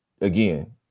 Again